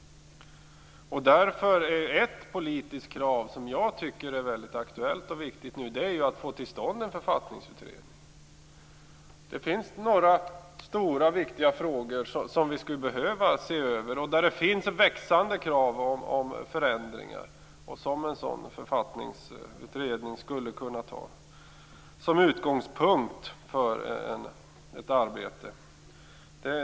Därför är ett politiskt krav, som jag tycker är väldigt aktuellt och viktigt, att få till stånd en författningsutredning. Det finns några stora och viktiga frågor med växande krav på förändringar som en sådan författningsutredning skulle kunna ta som utgångspunkt för sitt arbete.